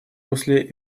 русле